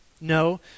No